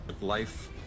Life